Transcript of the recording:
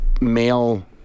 male